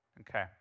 okay